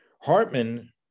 Hartman